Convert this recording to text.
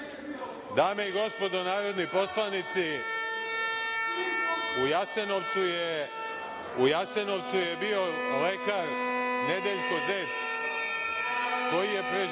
i gospodo narodni poslanici, u Jasenovcu je bio lekar Nedeljko Zec, koji je preživeo